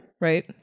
right